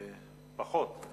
פחות.